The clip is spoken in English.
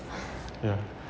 ya